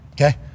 okay